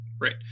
Right